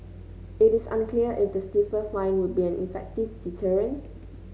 it is unclear if the stiffer fine would be an effective deterrent